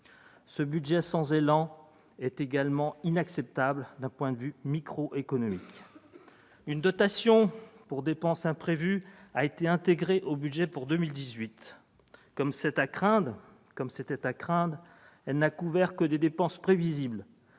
Ce budget sans élan est également inacceptable d'un point de vue microéconomique. Une dotation pour dépenses imprévues a été intégrée au budget pour 2018. Comme c'était à craindre, elle n'a couvert que des dépenses prévisibles,